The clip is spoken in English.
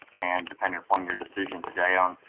and depending upon your decision today, um